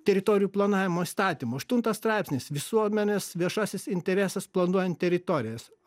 teritorijų planavimo įstatymo aštuntas straipsnis visuomenės viešasis interesas planuojant